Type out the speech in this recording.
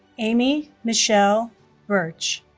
amy michelle burch